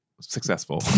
Successful